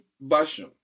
version